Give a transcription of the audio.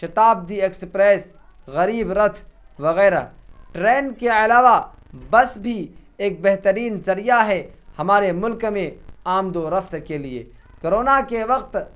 Shatabdi express Garib Rath وغیرہ train کے علاوہ بس بھی ایک بہترین ذریعہ ہے ہمارے ملک میں آمد و رفت کے لیے کرونا کے وقت